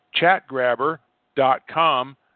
ChatGrabber.com